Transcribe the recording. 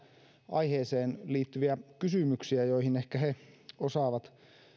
aiheeseen liittyviä kysymyksiä joihin ehkä he osaavat